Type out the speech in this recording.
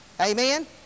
Amen